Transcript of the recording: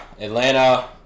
Atlanta